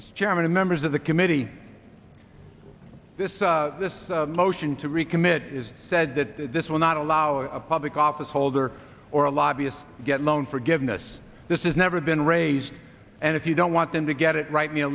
chairman and members of the committee this this motion to recommit is said that this will not allow a public office holder or a lobbyist get loan forgiveness this is never been raised and if you don't want them to get it right